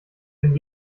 denn